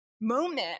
moment